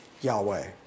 Yahweh